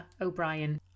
O'Brien